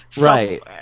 Right